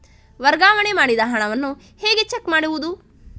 ವರ್ಗಾವಣೆ ಮಾಡಿದ ಹಣವನ್ನು ಹೇಗೆ ಚೆಕ್ ಮಾಡುವುದು?